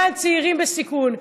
למען צעירים בסיכון.